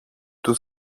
του